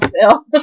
Phil